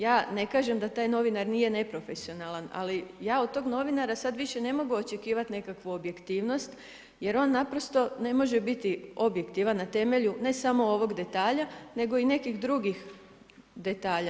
Ja ne kažem da taj novinar nije neprofesionalan, ali ja od tog novinara sada više ne mogu očekivati nekakvu objektivnost jer on naprosto ne može biti objektivan na temelju ne samo ovog detalja nego i nekih drugih detalja.